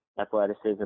athleticism